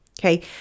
Okay